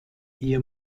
ihr